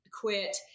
quit